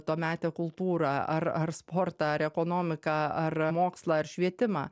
tuometę kultūrą ar ar sportą ar ekonomiką ar mokslą ar švietimą